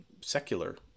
secular